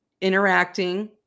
interacting